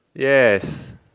yes